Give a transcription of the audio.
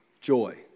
joy